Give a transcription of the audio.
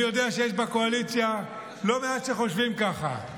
אני יודע שיש בקואליציה לא מעט שחושבים ככה.